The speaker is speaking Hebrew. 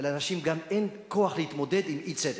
ולאנשים גם אין כוח להתמודד עם אי-צדק.